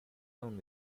down